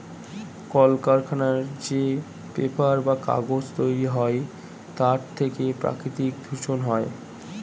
কলকারখানায় যে পেপার বা কাগজ তৈরি হয় তার থেকে প্রাকৃতিক দূষণ হয়